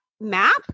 map